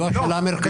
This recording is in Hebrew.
זו השאלה המרכזית.